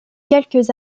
quelques